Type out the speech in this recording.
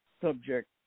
subject